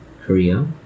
Korea